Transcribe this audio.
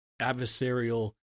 adversarial